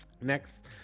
Next